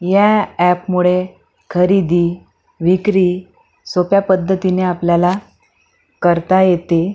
या अॅपमुळे खरेदी विक्री सोप्या पद्धतीने आपल्याला करता येते